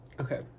okay